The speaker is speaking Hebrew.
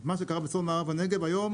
מה שקרה בצפון מערב הנגב היום